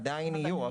עדיין יהיו,